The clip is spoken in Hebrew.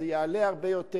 זה יעלה הרבה יותר,